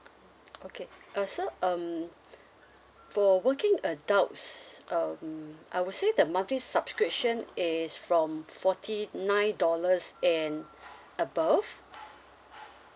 okay uh so um for working adults um I would say the monthly subscription is from forty nine dollars and above